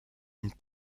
une